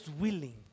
willing